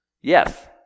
Yes